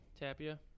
Tapia